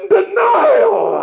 denial